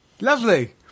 lovely